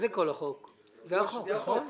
ההנדסאים והטכנאים המוסמכים,